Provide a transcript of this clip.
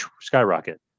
skyrocket